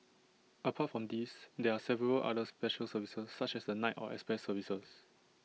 apart from these there are several other special services such as the night or express services